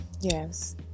Yes